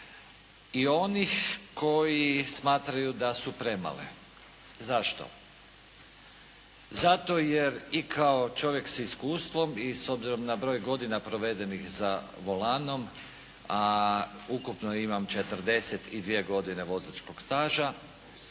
I onih koji smatraju da su premale. Zašto? Zato jer i kao čovjek sa iskustvom i s obzirom na broj godina provedenih za volanom, a ukupno imam 42 godine vozačkog staža,